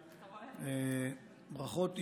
ברכות אישיות.